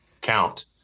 count